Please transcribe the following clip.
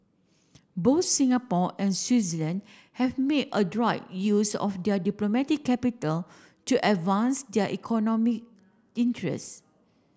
both Singapore and Switzerland have made adroit use of their diplomatic capital to advance their economic interest